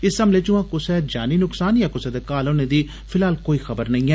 इस हमले च ऊआं कुसै जानी नुक्सान या कुसै दे घायल होने दी फिलहाल कोई खबर नेईं ऐ